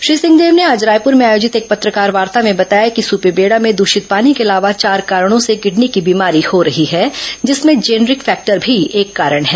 श्री सिंहदेव ने आज रायपुर में आयोजित एक पत्रकारवार्ता में बताया कि सुपेबेडा में दूषित पानी के अलावा चार कारणों से किडनी की बीमारी हो रही है जिसमें जेनरिक फैक्टर भी एक कारण है